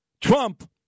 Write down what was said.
Trump